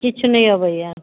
किछु नहि अबैया